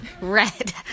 Red